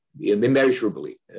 immeasurably